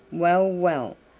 well, well,